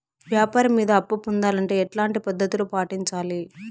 వ్యాపారం మీద అప్పు పొందాలంటే ఎట్లాంటి పద్ధతులు పాటించాలి?